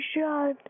shot